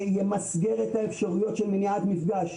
שימסגר את האפשרויות של מניעת מפגש,